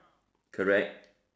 correct